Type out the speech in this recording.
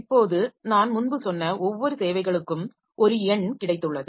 இப்போது நான் முன்பு சொன்ன ஒவ்வொரு சேவைகளுக்கும் ஒரு எண் கிடைத்துள்ளது